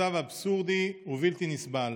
מצב אבסורדי ובלתי נסבל.